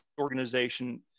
organization